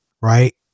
right